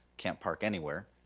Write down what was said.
can't park anywhere.